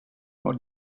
what